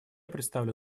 предоставлю